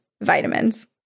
vitamins